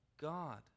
god